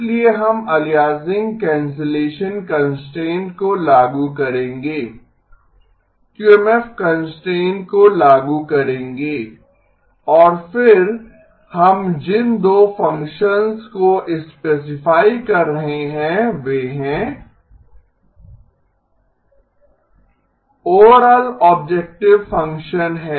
इसलिए हम aliasing cancellation constraints को लागू करेंगे क्यूएमएफ कंस्ट्रेंट को लागू करेंगे और फिर हम जिन दो फ़ंक्शंस को स्पेसिफाई कर रहे हैं वे हैं ओवरआल ऑब्जेक्टिव फ़ंक्शन है